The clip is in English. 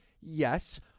yes